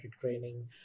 training